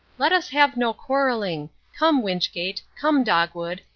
let us have no quarrelling. come, wynchgate, come, dogwood,